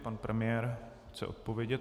Pan premiér chce odpovědět.